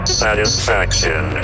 satisfaction